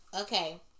Okay